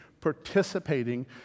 participating